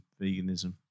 veganism